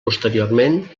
posteriorment